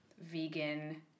vegan